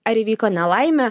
ar įvyko nelaimė